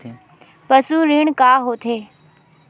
पशु ऋण का होथे?